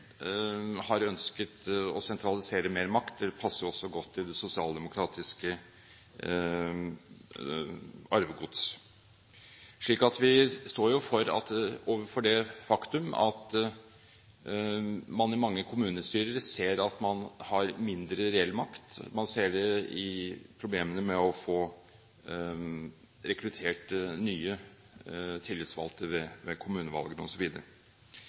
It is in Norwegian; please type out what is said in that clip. godt til det sosialdemokratiske arvegods. Vi står derfor overfor det faktum at man i mange kommunestyrer ser at man har mindre reell makt. Man ser det i problemene med å få rekruttert nye tillitsvalgte ved kommunevalgene